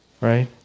Right